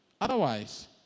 otherwise